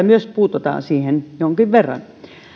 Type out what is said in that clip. myös varhaiskasvatuslaissa puututaan siihen jonkin verran